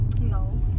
No